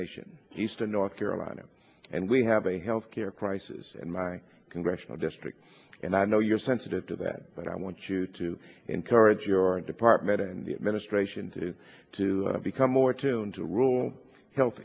nation eastern north carolina and we have a health care crisis in my congressional district and i know you're sensitive to that but i want you to encourage your department and the administration to to become more attuned to rule health